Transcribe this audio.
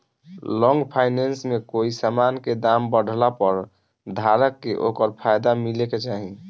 long finance में कोई समान के दाम बढ़ला पर धारक के ओकर फायदा मिले के चाही